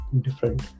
different